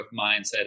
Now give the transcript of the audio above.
mindset